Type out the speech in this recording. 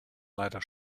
leider